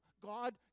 God